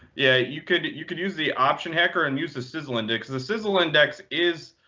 yeah. you could you could use the option hacker and use the sizzle index. the sizzle index is,